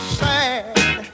sad